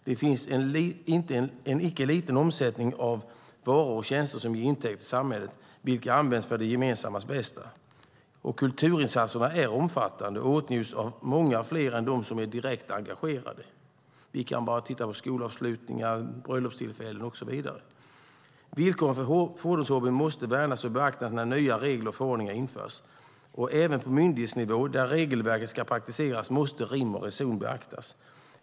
Det finns en icke liten omsättning av varor och tjänster som ger intäkter till samhället, vilka används för det gemensamma bästa. Kulturinsatserna är omfattande och åtnjuts av många fler än de direkt engagerade. Vi kan bara titta på skolavslutningar, bröllopstillfällen, och så vidare. Villkoren för fordonshobbyn måste värnas och beaktas när nya regler och förordningar införs. Även på myndighetsnivå, där regelverket ska praktiseras, måste rim och reson beaktas.